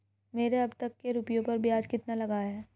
मेरे अब तक के रुपयों पर ब्याज कितना लगा है?